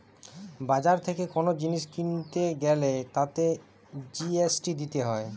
বাজার থেকে কোন জিনিস কিনতে গ্যালে তাতে জি.এস.টি দিতে হয়